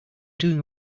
doing